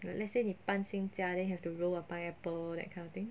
like let's say 你搬新家 then you have to roll a pineapple that kind of thing